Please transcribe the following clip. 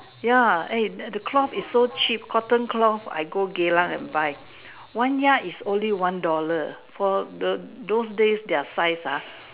ya eh the cloth is so cheap cotton cloth I go Geylang and buy one yard is only one dollar for the those days their size ah